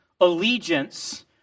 Allegiance